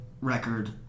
record